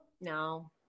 No